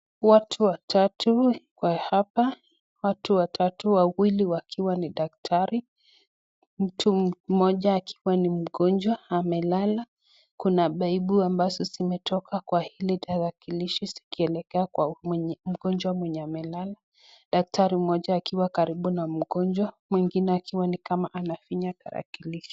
Watu watatu wako hapa. Watu watatu, wawili wakiwa ni daktari, mtu mmoja akiwa ni mgonjwa amelala. Kuna pipu ambazo zimetoka kwa hili darakilishi zikielekea kwa mgonjwa mwenye amelala. Daktari mmoja akiwa karibu na mgonjwa, mwingine akiwa ni kama anafinya tarakilishi.